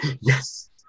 Yes